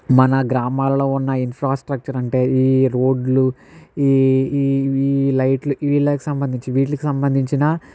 మన గ్రామాల్లో ఉన్న ఇన్ఫ్రాస్ట్రక్చర్ అంటే ఈ రోడ్లు ఈ లైట్లు వీళ్ళకి సంబంధించి వీళ్ళకి సంబంధించిన